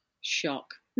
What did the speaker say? Shock